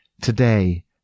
Today